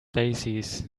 daisies